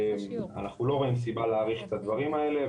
אנחנו לא רואים סיבה להאריך את הדברים האלה.